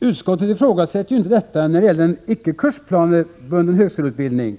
Utskottet ifrågasätter ju inte det när det gäller icke kursplanebunden högskoleutbildning.